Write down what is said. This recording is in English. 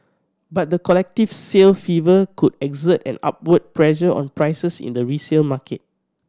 but the collective sale fever could exert an upward pressure on prices in the resale market